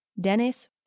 Dennis